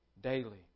daily